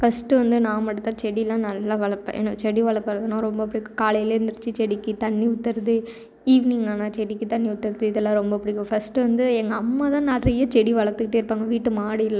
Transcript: first வந்து நான் மட்டும் தான் செடிலாம் நல்லா வளர்ப்பேன் எனக்குச் செடி வளர்க்கறதுன்னா ரொம்ப பிடிக்கும் காலையில் எழுந்துருச்சு செடிக்குத் தண்ணி ஊற்றுறது ஈவினிங் ஆனால் செடிக்குத் தண்ணி ஊற்றுறது இதலாம் ரொம்ப பிடிக்கும் ஃபஸ்ட்டு வந்து எங்கள் அம்மா தான் நிறையா செடி வளர்த்துக்கிட்டே இருப்பாங்க வீட்டு மாடிலேலாம்